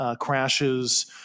crashes